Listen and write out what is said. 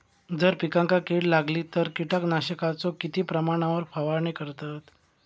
जर पिकांका कीड लागली तर कीटकनाशकाचो किती प्रमाणावर फवारणी करतत?